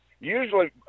Usually